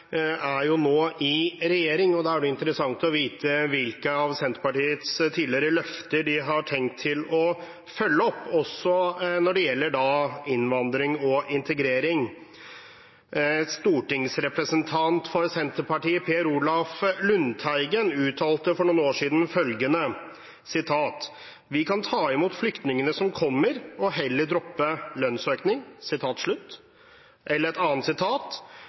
nå i regjering. Da er det interessant å vite hvilke av Senterpartiets tidligere løfter de har tenkt til å følge opp, også når det gjelder innvandring og integrering. Stortingsrepresentant for Senterpartiet Per Olaf Lundteigen uttalte for noen år siden: «Vi kan ta imot flyktningene som kommer, og heller droppe lønnsøkning ...» Eller et annet sitat: